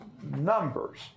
numbers